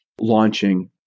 launching